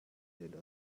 lead